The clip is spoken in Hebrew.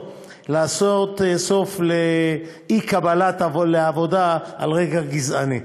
לעשות סוף לאי-קבלה לעבודה על רקע גזעני.